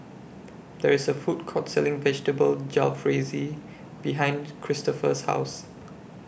There IS A Food Court Selling Vegetable Jalfrezi behind Cristofer's House